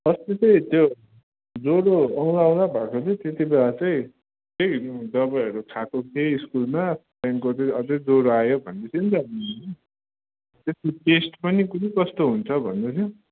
अस्ति चाहिँ त्यो ज्वरो आउँला आउँला भएको थियो त्यतिबेला चाहिँ त्यही दवाईहरू खाएको थियो स्कुलमा त्यहाँदेखिको चाहिँ अझै ज्वरो आयो भन्दै थियो नि त त्यसको टेस्ट पनि कुन्नि कस्तो हुन्छ भन्दै थियो